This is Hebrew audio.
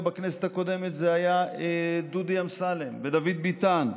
ובכנסת הקודמת זה היה דודי אמסלם ודוד ביטן.